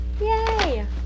Yay